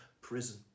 prison